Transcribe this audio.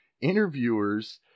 interviewers